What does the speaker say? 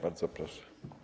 Bardzo proszę.